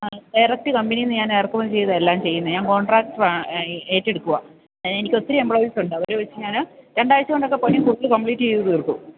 ആ ഡയറക്ട് കമ്പനിയിൽ നിന്ന് ഞാൻ ഇറക്കുമതി ചെയ്തതെല്ലാം ചെയ്യുന്നത് ഞാൻ കോൺട്രാക്ടാറാണ് ഏറ്റെടുക്കുക എനിക്ക് ഒത്തിരി എംപ്ലോയിസ് ഉണ്ട് അവരെ വച്ചു ഞാൻ രണ്ടാഴ്ച കൊണ്ടൊക്കെ പണി പൂർത്തിയാക്കി കമ്പ്ലീറ്റ് ചെയ്തു തീർക്കും